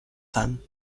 femmes